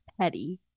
petty